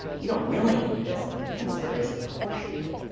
you don't really need this. and the answer is of course you do.